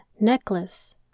necklace